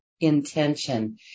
intention